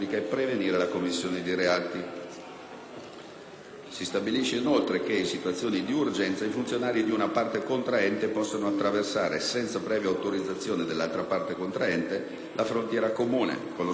Si stabilisce, inoltre, che in situazioni d'urgenza i funzionari di una parte contraente possano attraversare, senza previa autorizzazione dell'altra parte contraente, la frontiera comune con lo scopo di adottare, in zona di confine